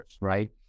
right